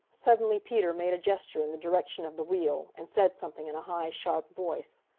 suddenly peter made a gesture in the direction of the wheel, and said something in a high, sharp voice.